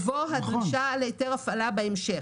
הדרישה להיתר הפעלה תבוא בהמשך.